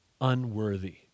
unworthy